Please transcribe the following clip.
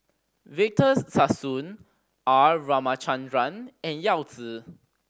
Victor Sassoon R Ramachandran and Yao Zi